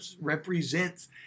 represents